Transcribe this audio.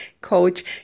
coach